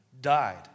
died